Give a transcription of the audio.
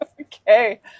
Okay